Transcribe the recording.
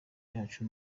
yacu